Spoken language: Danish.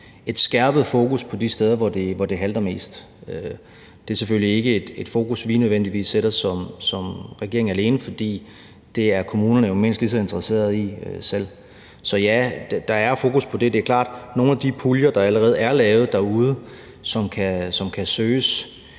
et skærpet fokus på de steder, hvor det halter mest. Det er selvfølgelig ikke et fokus, vi nødvendigvis sætter som regering alene, for det er kommunerne jo mindst lige så interesserede i selv. Så ja, der er fokus på det. Det er klart, at vi selvfølgelig også håber på, at nogle af de puljer, der allerede er lavet derude, og som kan søges,